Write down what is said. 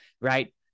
right